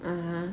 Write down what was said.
ah !huh!